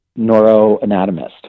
neuroanatomist